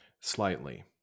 Slightly